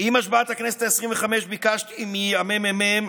עם השבעת הכנסת העשרים-וחמש ביקשתי מהממ"מ